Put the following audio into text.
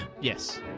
Yes